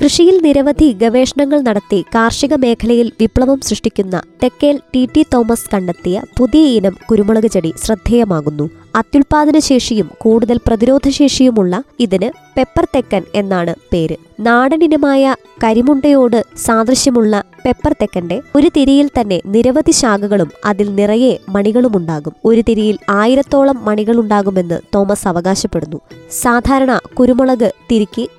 കൃഷിയിൽ നിരവധി ഗവേഷണങ്ങൾ നടത്തി കാർഷിക മേഖലയിൽ വിപ്ലവം സൃഷ്ടിക്കുന്ന തെക്കേൽ ടി. ടി. തോമസ് കണ്ടെത്തിയ പുതിയ ഇനം കുരുമുളക് ചെടി ശ്രദ്ധേയമാകുന്നു. അത്യുൽപ്പാദനശേഷിയും കൂടുതൽ പ്രതിരോധശേഷിയുമുള്ള ഇതിന് Pepper തെക്കൻ എന്നാണ് പേര്. നാടൻ ഇനമായ കരിമുണ്ടയോട് സാദൃശ്യമുള്ള Pepper തെക്കന്റെ ഒരു തിരിയിൽ തന്നെ നിരവധി ശാഖകളും അതിൽ നിറയെ മണികളുമുണ്ടാകും. ഒരു തിരിയിൽ ആയിരത്തോളം മണികളുണ്ടാകുമെന്ന് തോമസ് അവകാശപ്പെടുന്നു. സാധാരണ കുരുമുളക് തിരിക്ക്